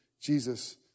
Jesus